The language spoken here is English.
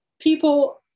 people